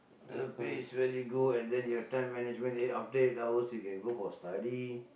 the pay is very good and then you have time management eight after eight hours you can go for study